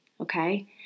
okay